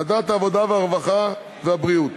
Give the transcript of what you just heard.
ועדת העבודה, הרווחה והבריאות: